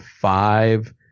five